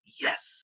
yes